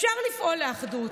אפשר לפעול לאחדות.